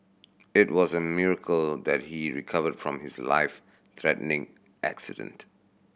it was a miracle that he recovered from his life threatening accident